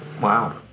Wow